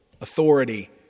authority